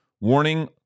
warning